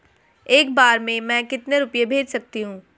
एक बार में मैं कितने रुपये भेज सकती हूँ?